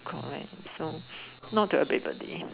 correct lah so not everybody